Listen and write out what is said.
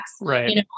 Right